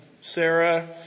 Sarah